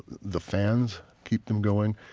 the fans keep them going,